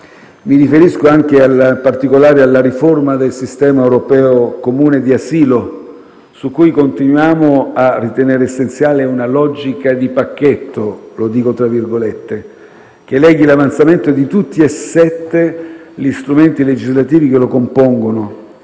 Mi riferisco, in particolare, alla riforma del sistema europeo comune di asilo, su cui continuiamo a ritenere essenziale una «logica di pacchetto», che leghi l'avanzamento di tutti e sette gli strumenti legislativi che lo compongono.